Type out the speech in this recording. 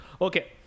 Okay